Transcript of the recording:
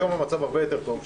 היום המצב הרבה יותר טוב,